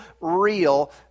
real